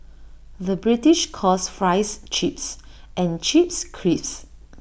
the British calls Fries Chips and Chips Crisps